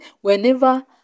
whenever